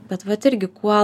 bet vat irgi kuo